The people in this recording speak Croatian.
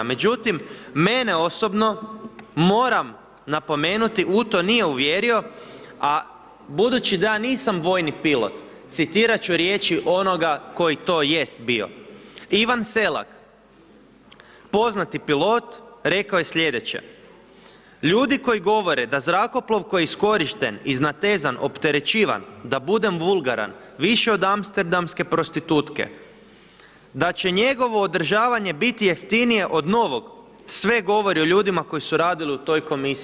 Međutim, mene osobno moram napomenuti u to nije uvjerio, a budući da ja nisam vojni pilot citirat ću riječi onoga koji to jest bio, Ivan Selak poznati pilot rekao je sljedeće: „Ljudi koji govore da zrakoplov koji je iskorišten i iznatezan, opterećivan da budem vulgaran više od amsterdamske prostitutke da će njegovo održavanje biti jeftinije od novog sve govori o ljudima koji su radili u toj komisiji.